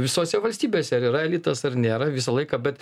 visose valstybėse ar yra elitas ar nėra visą laiką bet